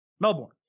Melbourne